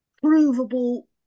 provable